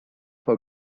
her